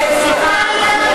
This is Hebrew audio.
סליחה.